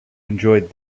enjoyed